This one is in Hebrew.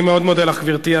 אני מאוד מודה לך, גברתי.